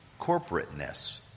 Corporateness